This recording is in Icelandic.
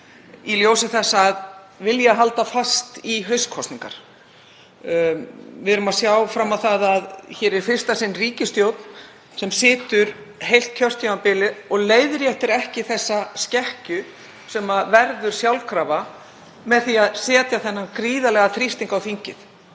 í ljósi þess að vilja halda fast í haustkosningar. Við sjáum fram á að hér er í fyrsta sinn ríkisstjórn sem situr heilt kjörtímabil og leiðréttir ekki þá skekkju sem verður sjálfkrafa með því að setja þennan gríðarlega þrýsting á þingið,